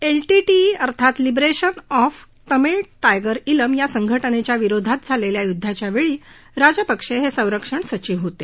LTTE अर्थात liberation of Tamil tiger क्रिम या संघटनेच्या विरोधात झालेल्या युद्धाच्या वेळी राजपक्षे हे संरक्षण सचिव होते